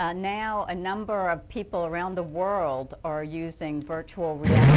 ah now a number of people around the world are using virtual